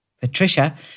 Patricia